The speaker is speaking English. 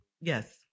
Yes